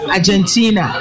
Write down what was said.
Argentina